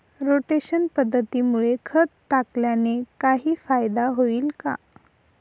Rotation पद्धतीमुळे खत टाकल्याने काही फायदा होईल का?